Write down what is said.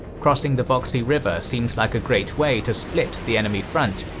crossing the voksi river seemed like a great way to split the enemy front,